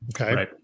Okay